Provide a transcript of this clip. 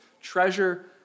treasure